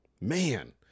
man